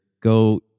go